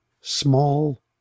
small